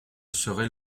serais